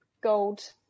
gold